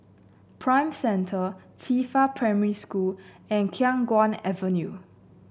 Prime Centre Qifa Primary School and Khiang Guan Avenue